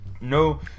no